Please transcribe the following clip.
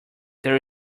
there